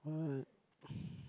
what